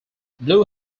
blue